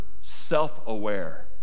self-aware